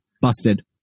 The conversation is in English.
busted